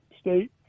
State